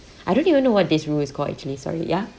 I don't even know what this rule is called actually sorry ya